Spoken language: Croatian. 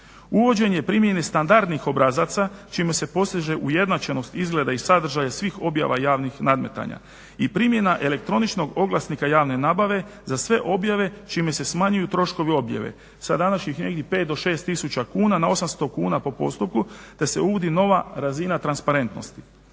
Uvođenje primjene standardnih obrazaca čime se postiže ujednačenost izgleda i sadržaja svih objava javnih nadmetanja i primjena elektroničnog oglasnika javne nabave za sve objave čime se smanjuju troškovi objave sa današnjih negdje 5 do 6000 kuna na 800 kuna po postupku, te se uvodi nova razina transparentnosti.